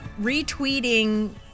retweeting